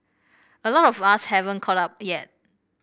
a lot of us haven't caught up yet